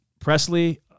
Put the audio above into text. Presley